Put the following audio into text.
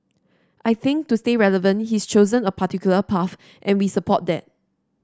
I think to stay relevant he's chosen a particular path and we support that